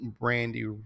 Brandy